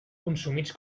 consumits